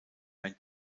ein